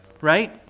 right